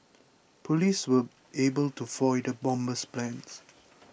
police were able to foil the bomber's plans